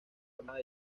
armada